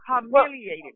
humiliated